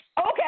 Okay